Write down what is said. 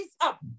up